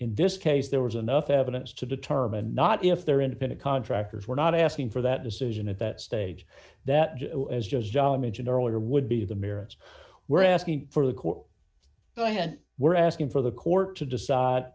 in this case there was enough evidence to determine not if they're independent contractors we're not asking for that decision at that stage that is just john mentioned earlier would be the merits we're asking for the court but i haven't we're asking for the court to decide